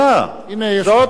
יושב פה גם ראש העיר,